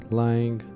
lying